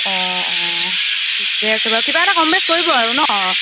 অ অ ঠিকেই আছে বাৰু কিবা এটা কম বেছ কৰিব আৰু ন'